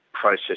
process